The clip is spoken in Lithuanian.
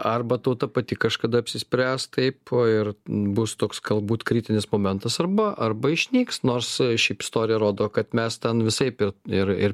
arba tauta pati kažkada apsispręs taip ir bus toks galbūt kritinis momentas arba arba išnyks nors šiaip istorija rodo kad mes ten visaip ir ir